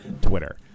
Twitter